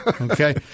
Okay